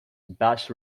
bass